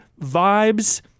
vibes